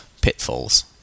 pitfalls